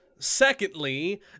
Secondly